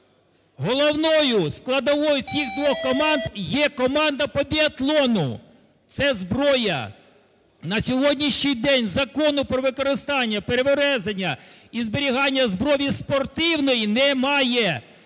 Головною складовою цих двох команд є команда по біатлону, це зброя. На сьогоднішній день Закону про використання, перевезення і зберігання зброї спортивної немає.